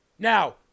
Now